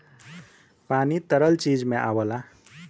पानी तरल चीज में आवला